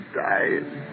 dying